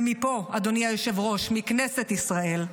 ומפה, אדוני היושב-ראש, מכנסת ישראל,